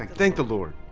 thank the lord.